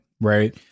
right